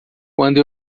quando